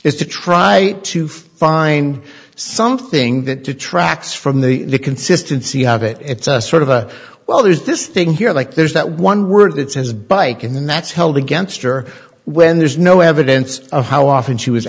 is to try to find something that detracts from the consistency of it it's a sort of a well there's this thing here like there's that one word it's his bike and then that's held against her when there's no evidence of how often she was